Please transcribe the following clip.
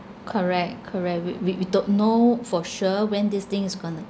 correct correct we we we don't know for sure when this thing is going to